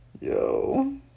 Yo